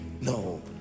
no